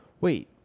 Wait